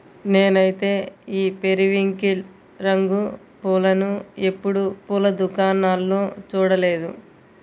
నేనైతే ఈ పెరివింకిల్ రంగు పూలను ఎప్పుడు పూల దుకాణాల్లో చూడలేదు